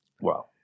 Wow